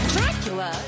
Dracula